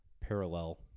parallel